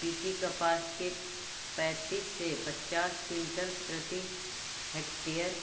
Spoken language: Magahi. बी.टी कपास के पैंतीस से पचास क्विंटल प्रति हेक्टेयर